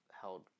held